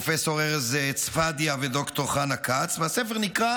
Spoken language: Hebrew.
פרופ' ארז צפדיה וד"ר חנה כץ, והספר נקרא